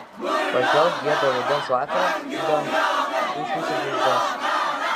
pažvelk giedrą rudens vakarą į dangų tu išvysi žvaigždes